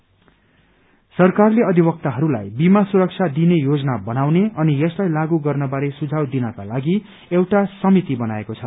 insurance सरकारले अधिवक्ताहरूलाई बिमा सुरक्षा दिने योजना बनाउने अनि यसलाई लागू गर्न बारे सुझाउ दिनका लागि एउटा समिति बनाएको छ